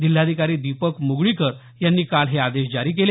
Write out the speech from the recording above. जिल्हाधिकारी दीपक मुगळीकर यांनी काल हे आदेश जारी केले